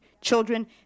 children